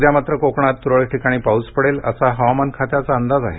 उद्या मात्र कोकणात तुरळक ठीकाणी पाऊस पडेल असा हवामान खात्याचा अंदाज आहे